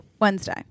Wednesday